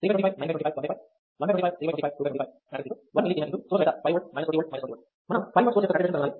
1mS X source vector 5V 20V 20V మనం 5V source యొక్క contribution కనుగొనాలి